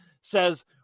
says